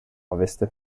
ovest